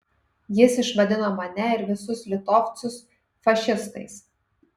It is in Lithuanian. jis išvadino mane ir visus litovcus fašistais